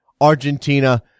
Argentina